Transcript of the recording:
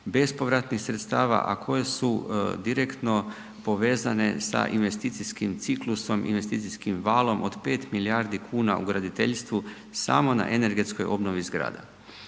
bespovratnih sredstava, a koje su direktno povezane sa investicijskim ciklusom, investicijskim valom od 5 milijardi kuna u graditeljstvu samo na energetskoj obnovi zgrada.